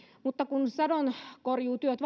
mutta kun sadonkorjuutyöt